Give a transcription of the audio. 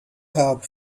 helped